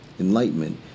Enlightenment